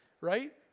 right